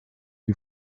die